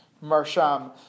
marsham